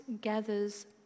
gathers